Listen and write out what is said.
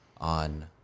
on